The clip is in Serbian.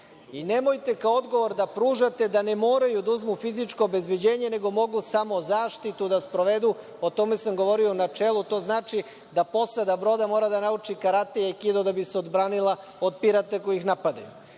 i nemojte kao odgovor da pružate da ne moraju da uzmu fizičko obezbeđenje nego mogu samo zaštitu da sprovedu. O tome sam govorio u načelu, to znači da posada broda mora da nauči karate, aikido da bi se odbranila od pirata koji ih napadaju. Dakle,